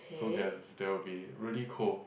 so there's there will be really cold